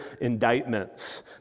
indictments